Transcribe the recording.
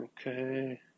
Okay